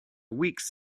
weeks